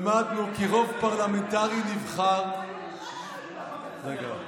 "למדנו כי רוב פרלמנטרי נבחר" רגע,